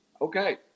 okay